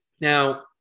Now